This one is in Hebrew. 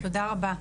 תודה רבה.